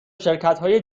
شرکتهای